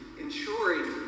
ensuring